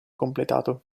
completato